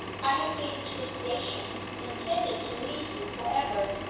i have been to the station, intending to leave you for ever,